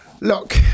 Look